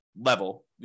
level